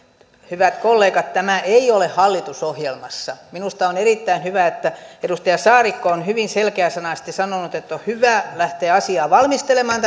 hyvät kollegat tämä ei ole hallitusohjelmassa minusta on erittäin hyvä että edustaja saarikko on hyvin selkeäsanaisesti sanonut että on hyvä lähteä asiaa valmistelemaan